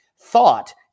thought